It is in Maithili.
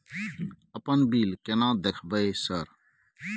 अपन बिल केना देखबय सर?